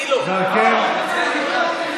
סגנית מזכיר הכנסת,